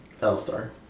L-Star